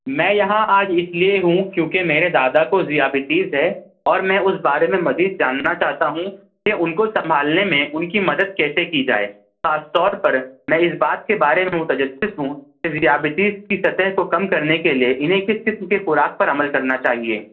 میں یہاں آج اس لیے ہوں کیونکہ میرے دادا کو ذیابطیز ہے اور میں اس بارے میں مزید جاننا چاہتا ہوں کہ ان کو سنبھالنے میں ان کی مدد کیسے کی جائے خاص طور پر میں اس بات کے بارے میں متجسس ہوں کہ ذیابطیس کی سطح کو کم کرنے کے لیے انہیں کس قسم کی خوراک پر عمل کرنا چاہیے